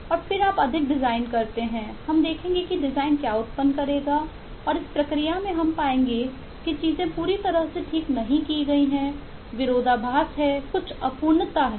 और फिर आप अधिक डिज़ाइन करते हैं हम देखेंगे कि डिज़ाइन क्या उत्पन्न करेगा और इस प्रक्रिया में हम पाएंगे कि चीजें पूरी तरह से ठीक नहीं की गई हैं विरोधाभास हैं अपूर्णता हैं